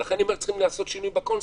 ולכן אני אומר: צריכים לעשות שינוי בקונספט.